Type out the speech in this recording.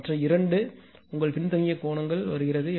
ஆனால் மற்ற இரண்டு உங்கள் பின்தங்கிய கோணம் வருகிறது